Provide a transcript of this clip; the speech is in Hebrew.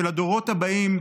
של הדורות הבאים,